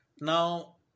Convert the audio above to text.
Now